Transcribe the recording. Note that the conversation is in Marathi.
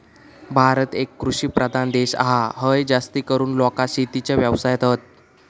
भारत एक कृषि प्रधान देश हा, हय जास्तीकरून लोका शेतीच्या व्यवसायात हत